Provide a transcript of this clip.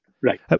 right